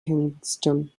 kensington